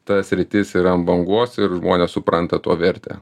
ta sritis yra ant bangos ir žmonės supranta to vertę